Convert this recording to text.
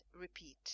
repeat